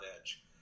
edge